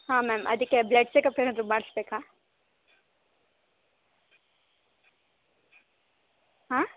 ಹಾಂ ಮ್ಯಾಮ್ ಅದಕ್ಕೆ blood checkup ಏನಾದರೂ ಮಾಡಿಸ್ಬೇಕಾ ಹಾಂ